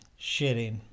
shitting